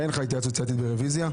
אין לך התייעצות סיעתית ברוויזיה.